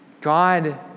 God